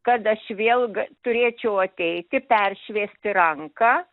kad aš vėl gal turėčiau ateiti peršviesti ranką